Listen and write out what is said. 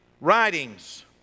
writings